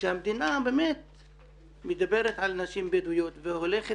כשהמדינה מדברת על נשים בדואיות והולכת